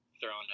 throwing